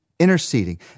Interceding